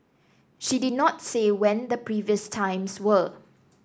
she did not say when the previous times were